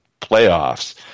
playoffs